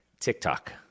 TikTok